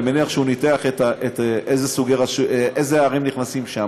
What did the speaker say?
אני מניח שהוא ניתח אילו ערים נכנסות,